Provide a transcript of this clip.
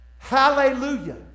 Hallelujah